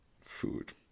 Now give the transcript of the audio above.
Food